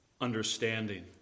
understanding